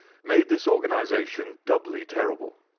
made this organization doubly terrible.